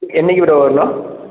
என்றைக்கி ப்ரோ வரணும்